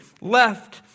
left